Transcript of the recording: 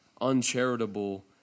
uncharitable